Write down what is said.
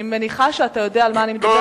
אני מניחה שאתה יודע על מה אני מדברת.